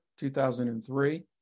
2003